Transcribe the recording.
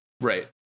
Right